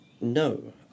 no